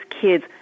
kids